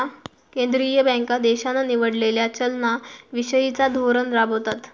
केंद्रीय बँका देशान निवडलेला चलना विषयिचा धोरण राबवतत